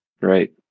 right